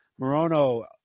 Morono